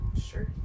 Sure